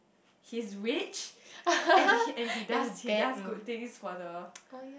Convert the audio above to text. he's rich and he and he does he does good things for the